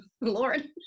lord